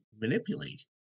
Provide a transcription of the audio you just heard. manipulate